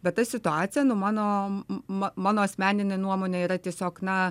bet ta situacija nu mano ma mano asmenine nuomone yra tiesiog na